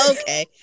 okay